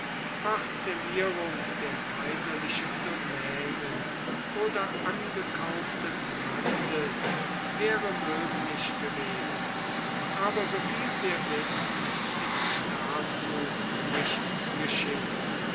parzellierung der kaiserlichen domänen oder angekauften landes wäre möglich gewesen aber soviel wir wissen ist dazu nichts geschehen